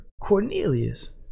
Cornelius